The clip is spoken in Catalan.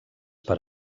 per